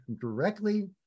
directly